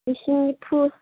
ꯂꯤꯁꯤꯡ ꯅꯤꯐꯨ